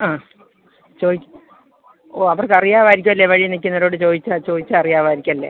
ആ ചോദിക്ക് ഓ അവർക്കറിയാവായിരിക്കല്ലേ വഴി നിൽക്കുന്നവരോട് ചോദിച്ചാൽ ചോദിച്ചറിയാവായിരിക്കല്ലേ